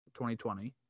2020